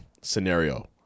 scenario